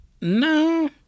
No